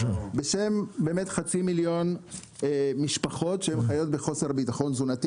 בשם באמת חצי מיליון משפחות שחיות בחוסר ביטחון תזונתי